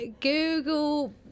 Google